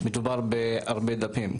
מדובר בהרבה דפים.